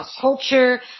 culture